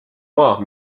maa